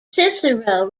cicero